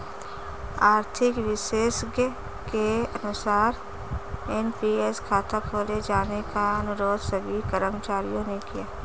आर्थिक विशेषज्ञ के अनुसार एन.पी.एस खाता खोले जाने का अनुरोध सभी कर्मचारियों ने किया